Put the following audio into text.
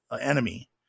enemy